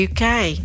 uk